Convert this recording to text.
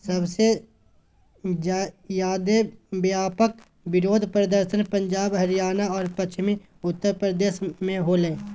सबसे ज्यादे व्यापक विरोध प्रदर्शन पंजाब, हरियाणा और पश्चिमी उत्तर प्रदेश में होलय